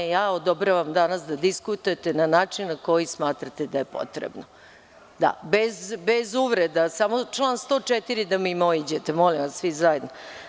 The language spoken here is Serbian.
Ja odobravam danas da diskutujete na način na koji smatrate da je potrebno, bez uvreda, samo da mimoiđete član 104. molim vas svi zajedno.